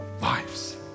lives